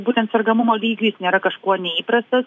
būtent sergamumo lygį jis nėra kažkuo neįprastas